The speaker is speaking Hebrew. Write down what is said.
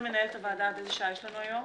מנהלת הוועדה, תזכירי לי עד איזה שעה יש לנו היום.